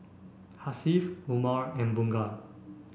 Hasif Umar and Bunga